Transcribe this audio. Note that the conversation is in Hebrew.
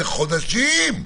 זה חודשים.